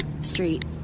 Street